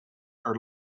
are